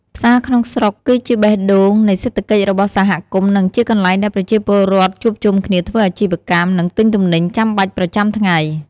ផ្សារក្នុងស្រុក គឺជាបេះដូងនៃសេដ្ឋកិច្ចរបស់សហគមន៍ និងជាកន្លែងដែលប្រជាពលរដ្ឋជួបជុំគ្នាធ្វើអាជីវកម្ម និងទិញទំនិញចាំបាច់ប្រចាំថ្ងៃ។